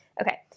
Okay